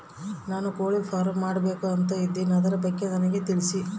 ನಾನು ಕೋಳಿ ಫಾರಂ ಮಾಡಬೇಕು ಅಂತ ಇದಿನಿ ಅದರ ಬಗ್ಗೆ ನನಗೆ ತಿಳಿಸಿ?